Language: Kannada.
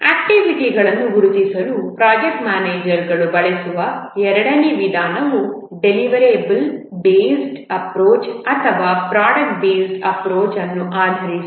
ಆಕ್ಟಿವಿಟಿಗಳನ್ನು ಗುರುತಿಸಲು ಪ್ರಾಜೆಕ್ಟ್ ಮ್ಯಾನೇಜರ್ ಬಳಸುವ ಎರಡನೇ ವಿಧಾನವು ಡೆಲಿವರೇಬಲ್ ಬೇಸ್ಡ್ ಅಪ್ರೋಚ್ ಅಥವಾ ಪ್ರಾಡಕ್ಟ್ ಬೇಸ್ಡ್ ಅಪ್ರೋಚ್ ಅನ್ನು ಆಧರಿಸಿದೆ